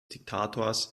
diktators